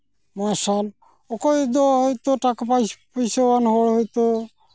ᱢᱟᱨᱥᱟᱞ ᱚᱠᱚᱭ ᱫᱚ ᱦᱚᱭᱛᱳ ᱴᱟᱠᱟ ᱯᱩᱭᱥᱟᱣᱟᱱ ᱦᱚᱲ ᱦᱚᱭᱛᱳ